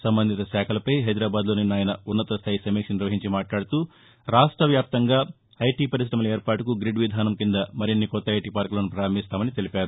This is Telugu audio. సంబంధిత శాఖలపై హైదరాబాద్లో నిన్న ఆయన ఉన్నతస్థాయి సమీక్ష నిర్వహించి మాట్లాడుతూ రాష్ట వ్యాప్తంగా ఐటీ పరిశమల ఏర్పాటుకు గ్రిడ్ విధానం కింద మరిన్ని కొత్త ఐటీ పార్కులను ప్రపారంభిస్తామని తెలిపారు